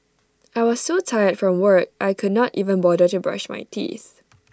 I was so tired from work I could not even bother to brush my teeth